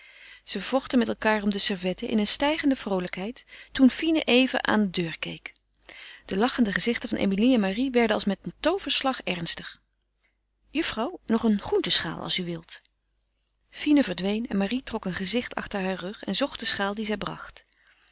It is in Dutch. zij vochten met elkaâr om de servetten in eene stijgende vroolijkheid toen fine even aan de deur keek de lachende gezichten van emilie en marie werden als met een tooverslag ernstig juffrouw nog een groenteschaal als u wil fine verdween en marie trok een gezicht achter haar rug en zocht de schaal die zij bracht